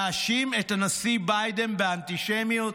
להאשים את הנשיא ביידן באנטישמיות?